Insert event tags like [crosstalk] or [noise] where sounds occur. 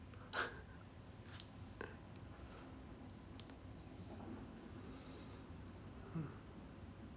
[laughs] [noise] [breath] mm